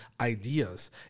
ideas